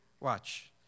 Watch